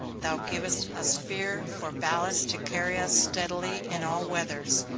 thou givest us fear for ballast to carry us steadily in all weathers.